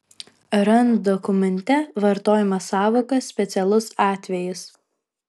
rand dokumente vartojama sąvoka specialus atvejis